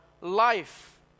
life